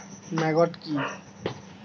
Maggot কি?